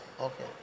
Okay